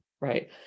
Right